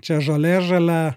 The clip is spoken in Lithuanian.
čia žolė žalia